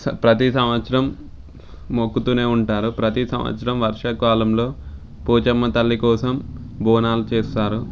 ప్రతి సంవత్సరం మొక్కుతు ఉంటారు ప్రతి సంవత్సరం వర్షాకాలంలో పోచమ్మ తల్లి కోసం బోనాలు చేస్తారు